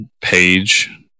page